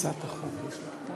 הצעת החוק.